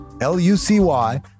L-U-C-Y